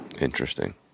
Interesting